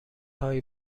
هایی